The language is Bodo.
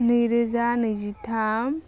नैरोजा नैजिथाम